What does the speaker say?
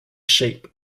shape